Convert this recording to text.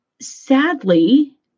sadly